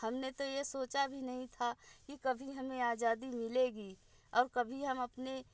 हम ने तो ये सोचा भी नहीं था कि कभी हमें आज़ादी मिलेगी और कभी हम अपने मन